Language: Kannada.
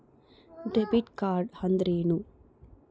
ಡೆಬಿಟ್ ಕಾರ್ಡ್ ಅಂದ್ರೇನು?